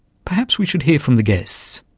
perhaps we should hear from the guests.